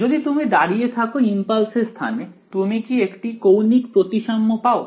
যদি তুমি দাড়িয়ে থাকো ইমপালস এর স্থানে তুমি কি একটি কৌণিক প্রতিসাম্য পাও